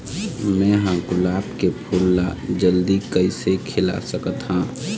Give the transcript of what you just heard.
मैं ह गुलाब के फूल ला जल्दी कइसे खिला सकथ हा?